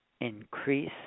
increase